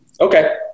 Okay